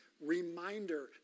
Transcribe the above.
reminder